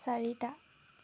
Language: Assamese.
চাৰিটা